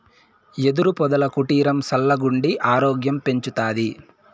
యెదురు పొదల కుటీరం సల్లగుండి ఆరోగ్యం పెంచతాది